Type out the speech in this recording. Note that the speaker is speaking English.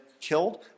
killed